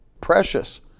Precious